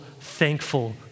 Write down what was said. thankful